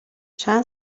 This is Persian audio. چند